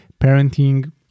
parenting